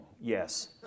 Yes